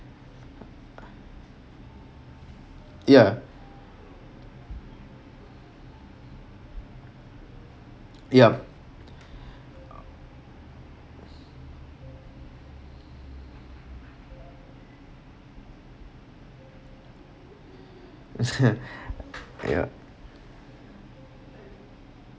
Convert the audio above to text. ya yup ya